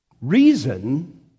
reason